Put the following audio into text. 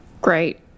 Great